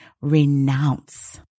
renounce